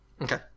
Okay